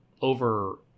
over